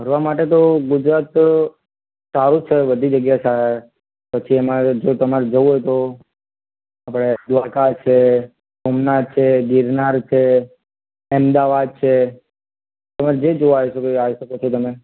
ફરવા માટે તો ગુજરાત સારું છે બધી જગ્યાએ પછી તમારે જવું હોય તો આપણે દ્વારકા છે સોમનાથ છે ગિરનાર છે અમદાવાદ છે તમારે જે જોવા હોય એ જોવા આવી શકો છો તમે